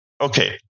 Okay